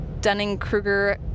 Dunning-Kruger